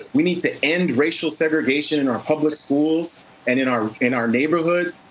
we need to end racial segregation in our public schools and in our in our neighborhoods.